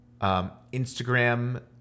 Instagram